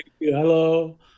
Hello